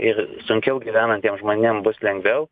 ir sunkiau gyvenantiem žmonėm bus lengviau